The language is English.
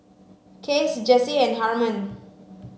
Cass Jessie and Harman